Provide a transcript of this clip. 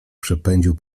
przepędził